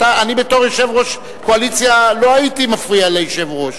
אני בתור יושב-ראש קואליציה לא הייתי מפריע ליושב-ראש.